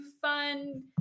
fun